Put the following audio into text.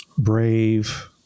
Brave